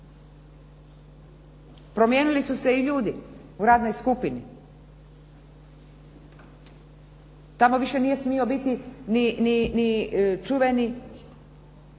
Promijenili su se i ljudi u radnoj skupini. Tamo više nije smio biti ni čuveni